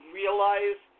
realize